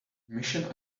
mission